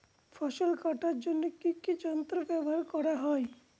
ফসল কাটার জন্য কি কি যন্ত্র ব্যাবহার করা হয়?